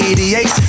88